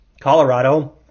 Colorado